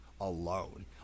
alone